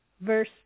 Verse